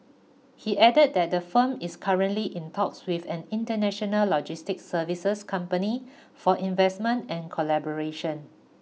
he added that the firm is currently in talks with an international logistics services company for investment and collaboration